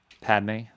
Padme